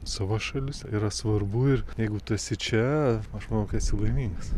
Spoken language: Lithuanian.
savo šalis yra svarbu ir jeigu tu esi čia aš manau kad esi laimingas